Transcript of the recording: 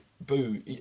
boo